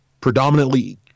predominantly